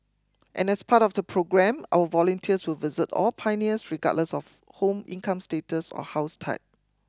and as part of the programme our volunteers will visit all pioneers regardless of home income status or house type